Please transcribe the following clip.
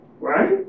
right